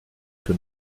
que